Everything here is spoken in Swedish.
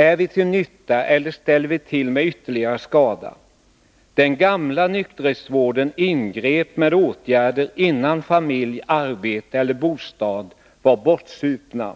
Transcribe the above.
Är vi till nytta, eller ställer vi till med ytterligare skada? Den gamla nykterhetsvården ingrep med åtgärder innan familj, arbete eller bostad var ”bortsupna”;